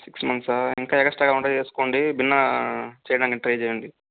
six మంత్సా ఇంకా extra కావాలంటే వెస్కోండి భిన్నా చేయడానికి ట్రై చేయండి